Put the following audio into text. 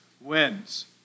wins